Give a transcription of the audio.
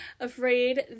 afraid